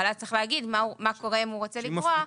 אבל אז צריך להגיד מה קורה אם הוא רוצה לגרוע,